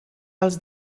els